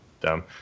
dumb